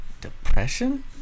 Depression